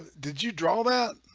did you draw that